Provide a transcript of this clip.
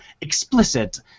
explicit